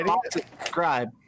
subscribe